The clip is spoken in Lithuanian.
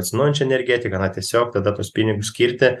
atsinaujančia energetika na tiesiog tada tuos pinigus skirti